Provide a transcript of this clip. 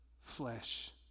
flesh